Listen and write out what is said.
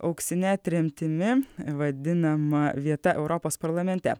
auksine tremtimi vadinama vieta europos parlamente